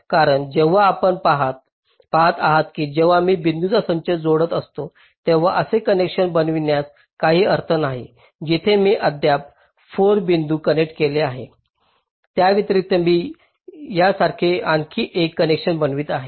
कारण जेव्हा आपण पहात आहात की जेव्हा मी बिंदूंचा संच जोडत असतो तेव्हा असे कनेक्शन बनविण्यास काहीच अर्थ नाही जिथे मी आधीच 4 बिंदू कनेक्ट केले आहे त्याव्यतिरिक्त मी यासारखे आणखी एक कनेक्शन बनवित आहे